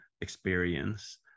experience